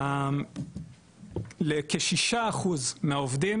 לכ- 6% מהעובדים,